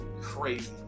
crazy